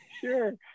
Sure